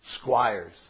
squires